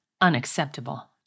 Unacceptable